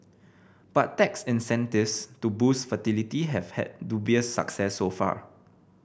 but tax incentives to boost fertility have had dubious success so far